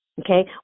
okay